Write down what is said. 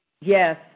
Yes